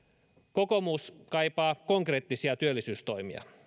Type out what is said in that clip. kokoomus kaipaa konkreettisia työllisyystoimia